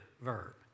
verb